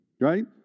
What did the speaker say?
Right